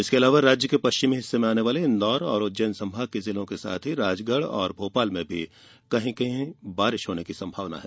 इसके अलावा राज्य के पश्चिमी हिस्से में आने वाले इंदौर और उज्जैन संभाग के जिलों के साथ ही राजगढ़ और भोपाल में कहीं कहीं वर्षा होने की संभावना है